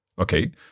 Okay